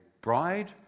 bride